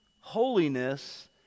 Holiness